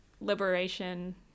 liberation